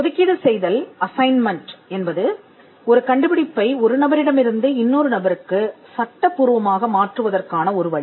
ஒதுக்கீடு செய்தல் அசைன்மென்ட் என்பது ஒரு கண்டுபிடிப்பை ஒரு நபரிடமிருந்து இன்னொரு நபருக்கு சட்டபூர்வமாக மாற்றுவதற்கான ஒரு வழி